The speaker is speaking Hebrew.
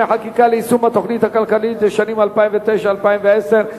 חקיקה ליישום התוכנית הכלכלית לשנים 2009 ו-2010),